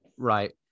Right